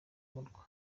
murwa